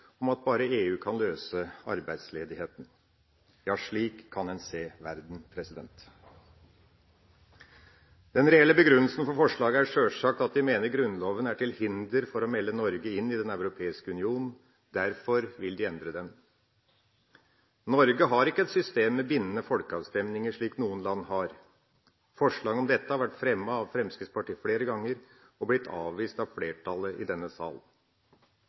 om at bare EU kan løse arbeidsledigheten. Ja, slik kan en se verden. Den reelle begrunnelsen for forslaget er sjølsagt at de mener Grunnloven er til hinder for å melde Norge inn i Den europeiske union. Derfor vil de endre den. Norge har ikke et system med bindende folkeavstemninger, slik noen land har. Forslag om dette har vært fremmet av Fremskrittspartiet flere ganger og blitt avvist av flertallet i denne